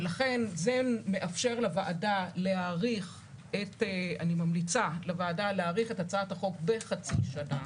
ולכן אני ממליצה לוועדה להאריך את הצעת החוק בחצי שנה.